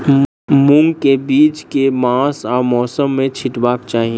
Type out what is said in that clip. मूंग केँ बीज केँ मास आ मौसम मे छिटबाक चाहि?